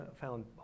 found